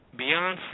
Beyonce